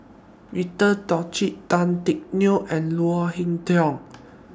Victor Doggett Tan Teck Neo and Leo Hee Tong